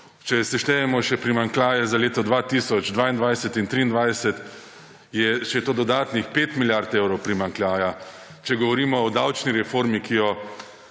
Če seštejemo še primanjkljaje za leto 2022 in 2023, je še to dodatnih 5 milijard evrov primanjkljaja. Če govorimo o davčni reformi, ki jo